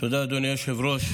תודה, אדוני היושב-ראש.